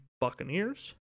Buccaneers